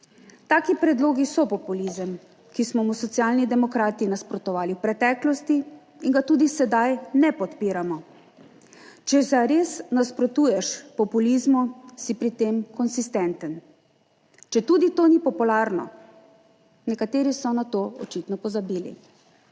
Taki predlogi so populizem, ki smo mu Socialni demokrati nasprotovali v preteklosti in ga tudi sedaj ne podpiramo. Če zares nasprotuješ populizmu, si pri tem konsistenten, četudi to ni popularno, nekateri so na to očitno pozabili.